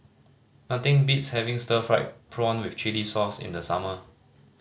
nothing beats having stir fried prawn with chili sauce in the summer